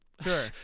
Sure